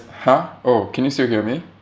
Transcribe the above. !huh! oh can you still hear me